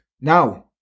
Now